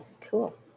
Cool